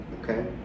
Okay